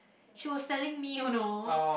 she was telling me you know